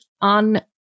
on